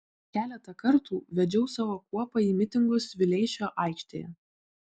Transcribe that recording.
keletą kartų vedžiau savo kuopą į mitingus vileišio aikštėje